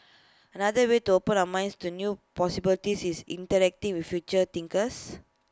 another way to open our minds to new possibilities is interacting with future thinkers